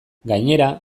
gainera